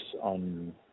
on